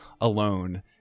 Alone